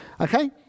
Okay